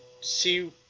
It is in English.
see